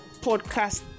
podcast